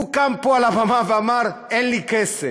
הוא קם פה על הבמה ואמר: אין לי כסף.